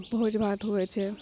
भोज भात होइ छै